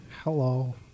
Hello